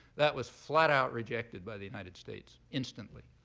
that was flat out rejected by the united states, instantly.